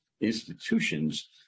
institutions